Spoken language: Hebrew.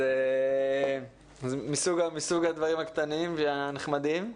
אז זה מסוג הדברים הקטנים והנחמדים.